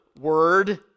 word